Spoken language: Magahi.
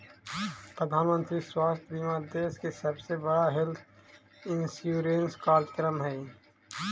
प्रधानमंत्री स्वास्थ्य बीमा देश के सबसे बड़ा हेल्थ इंश्योरेंस कार्यक्रम हई